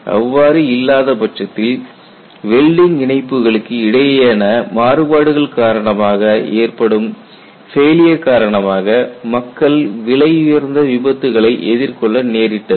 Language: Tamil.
அவ்வாறு இல்லாத பட்சத்தில் வெல்டிங் இணைப்புகளுக்கு இடையேயான மாறுபாடுகள் காரணமாக ஏற்படும் ஃபெயிலியர் காரணமாக மக்கள் விலையுயர்ந்த விபத்துக்களை எதிர்கொள்ள நேரிட்டது